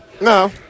No